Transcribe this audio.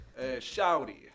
Shouty